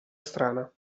strana